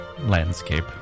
landscape